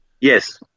Yes